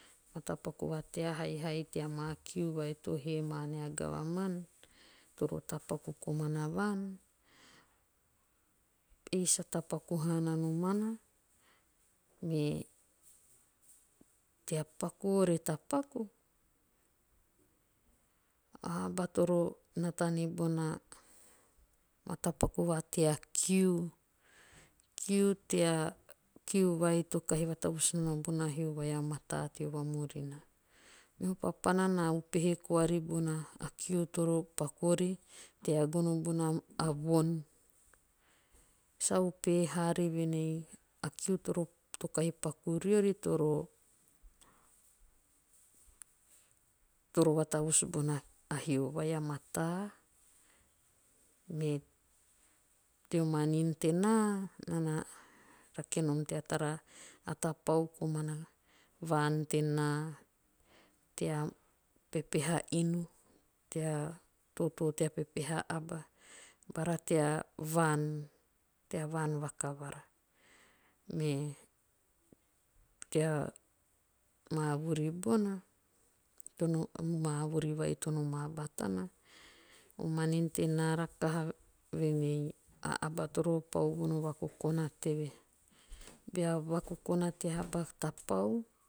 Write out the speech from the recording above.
Matapaku va tea haihai tea ma kiu vai to he ma nea 'government'toro tapaku komana vaan sa tapaku haana. Me tea paku ore tapaku. a abat toro nata nibona matapaku va tea kiu. Kiu vai to kahi vatavus nana bona hio vai a mataa teo vamurina. Meho papana na upehe koari bona kiu toro paku ori tea gono bona von. Sa upehe haari ruen ei a kiu toro to kahi paku riori toro- toro vatavus bona a hio vai a mataa. Me tea manin tenaa. naa a rake nom tea tara a tapau komana vaan tenaa tea pepeha inu. tea totoo tea pepeha aba tapa